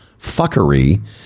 Fuckery